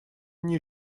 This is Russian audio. они